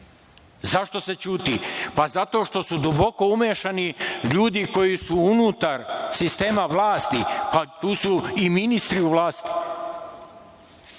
Zašto se ćuti? Pa, zato što su duboko umešani ljudi koji su unutar sistema vlasti. Pa, tu su i ministri u vlasti. Kako